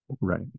Right